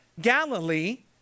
Galilee